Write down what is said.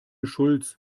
schulz